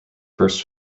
first